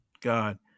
God